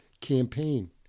campaign